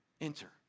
enter